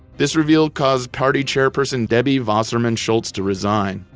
this reveal caused party chairperson debbie wasserman schultz to resign.